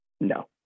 No